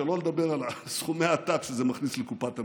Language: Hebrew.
שלא לדבר על סכומי העתק שזה מכניס לקופת המדינה.